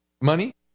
money